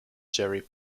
jerry